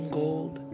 gold